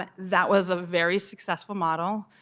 that that was a very successful model,